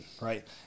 right